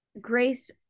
Grace